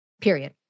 period